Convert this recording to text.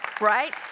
right